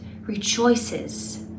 rejoices